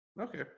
Okay